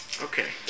Okay